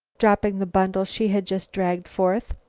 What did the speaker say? dropping the bundle she had just dragged forth.